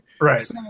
Right